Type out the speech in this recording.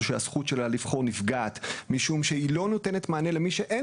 שהזכות שלה לבחור נפגעת משום שהיא לא נותנת מענה למי שאין